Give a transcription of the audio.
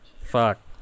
fuck